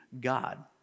God